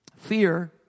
Fear